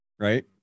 right